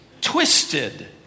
twisted